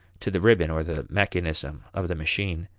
to the ribbon or the mechanism of the machine.